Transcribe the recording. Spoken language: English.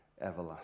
everlasting